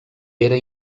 era